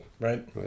right